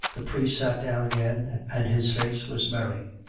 the priest sat down again and his face was merry.